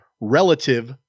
relative